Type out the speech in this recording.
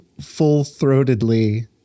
full-throatedly